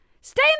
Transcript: Stay